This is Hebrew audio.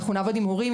אנחנו נעבוד עם הורים,